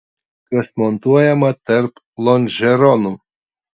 kas montuojama tarp lonžeronų